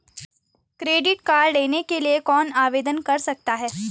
Credit card लेने के लिए कौन आवेदन कर सकता है?